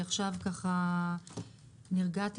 כי עכשיו ככה נרגעתי,